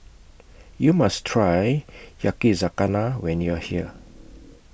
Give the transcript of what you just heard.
YOU must Try Yakizakana when YOU Are here